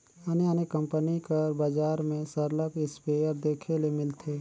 आने आने कंपनी कर बजार में सरलग इस्पेयर देखे ले मिलथे